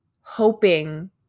hoping